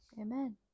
Amen